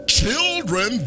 children